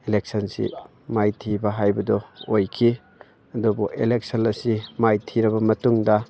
ꯏꯂꯦꯛꯁꯟꯁꯤ ꯃꯥꯏꯊꯤꯕ ꯍꯥꯏꯕꯗꯣ ꯑꯣꯏꯈꯤ ꯑꯗꯨꯕꯨ ꯏꯂꯦꯛꯁꯟ ꯑꯁꯤ ꯃꯥꯏꯊꯤꯔꯕ ꯃꯇꯨꯡꯗ